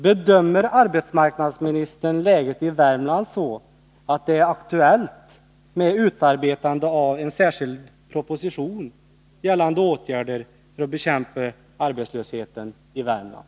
Gör arbetsmarknadsministern, med tanke på läget i Värmland, den bedömningen att det är aktuellt med utarbetande av en särskild proposition med förslag till åtgärder för att bekämpa arbetslösheten i Värmland?